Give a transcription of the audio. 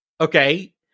Okay